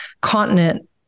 continent